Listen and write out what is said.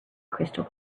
crystal